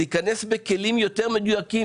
להיכנס בכלים יותר מדויקים,